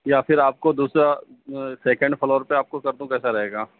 یا پھر آپ کو دوسرا سیکینڈ فلور پہ آپ کو کر دوں کیسا رہے گا